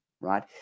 right